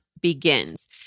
begins